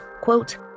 quote